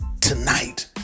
tonight